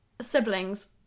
siblings